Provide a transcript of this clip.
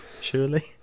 surely